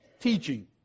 teaching